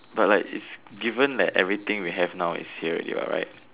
but like if given that everything we have now is here already what right